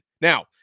Now